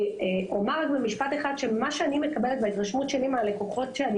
אני אומר רק במשפט אחד שמה שאני מקבלת וההתרשמות שלי מהלקוחות שאני